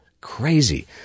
Crazy